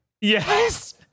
Yes